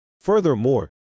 Furthermore